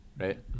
Right